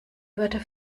wörter